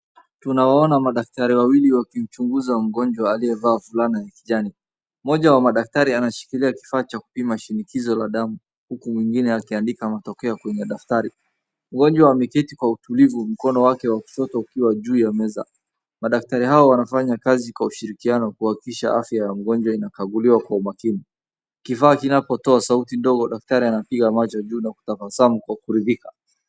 Tunawaona madaktari wawili wakiuchunguza mgonjwa aliyevaa fulana ya kijani. Mmoja wa madaktari anashikilia kifaa cha kupima shinikizo la damu, huku mwingine akiandika matokeo kwenye daftari. Mgonjwa ameketi kwa utulivu mkono wake wa kushoto ukiwa juu ya meza. Madaktari hao wanafanya kazi kwa ushirikiano kuhakikisha afya ya mgonjwa inakaguliwa kwa umakini. Kifaa kinapotoa sauti ndogo daktari anapiga macho juu na kutabasamu kwa kuridhika.